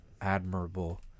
admirable